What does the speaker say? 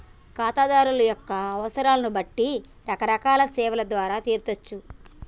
ఖాతాదారుల యొక్క అవసరాలను బట్టి రకరకాల సేవల ద్వారా తీర్చచ్చు